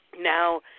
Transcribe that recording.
Now